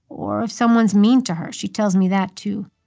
or if someone's mean to her, she tells me that, too.